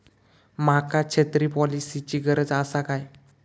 माका छत्री पॉलिसिची गरज आसा काय?